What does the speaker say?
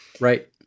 Right